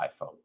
iPhone